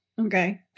okay